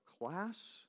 class